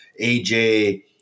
AJ